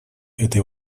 этой